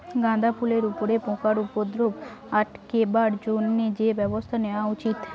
গাঁদা ফুলের উপরে পোকার উপদ্রব আটকেবার জইন্যে কি ব্যবস্থা নেওয়া উচিৎ?